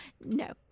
no